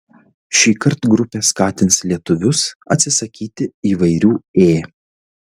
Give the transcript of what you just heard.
šįkart grupė skatins lietuvius atsisakyti įvairių ė